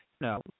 No